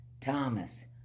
Thomas